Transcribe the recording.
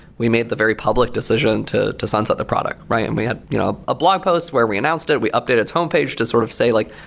we made the very public decision to to sunset the product, and we had you know a blog post where we announced it. we updated its homepage to sort of say like,